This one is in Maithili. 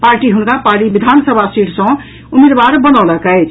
पार्टी हुनका पाली विधानसभा सीट सॅ उम्मीदवार बनौलक अछि